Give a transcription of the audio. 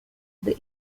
the